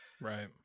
Right